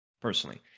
personally